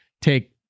take